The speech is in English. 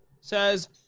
says